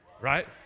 right